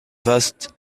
vaast